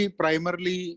primarily